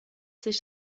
sich